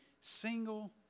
single